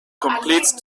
complete